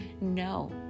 no